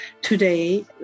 today